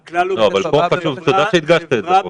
זה חשוב ותודה שהדגשת את זה, פרופ' לוין.